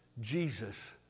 Jesus